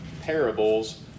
parables